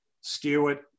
Stewart